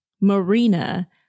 Marina